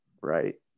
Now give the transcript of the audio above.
right